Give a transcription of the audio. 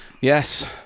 Yes